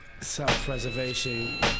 self-preservation